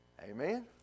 Amen